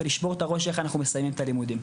ולשבור את הראש איך אנחנו מסיימים את הלימודים.